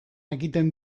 ekiten